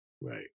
Right